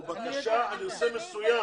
או בקשה על נושא מסוים.